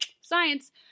science